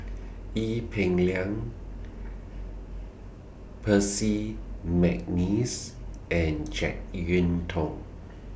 Ee Peng Liang Percy Mcneice and Jek Yeun Thong